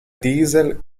diesel